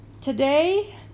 today